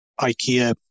IKEA